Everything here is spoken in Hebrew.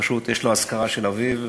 פשוט יש אזכרה של אביו,